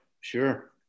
sure